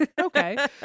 Okay